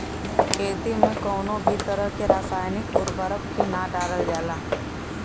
खेती में कउनो भी तरह के रासायनिक उर्वरक के ना डालल जाला